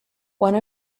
one